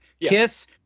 Kiss